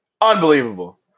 Unbelievable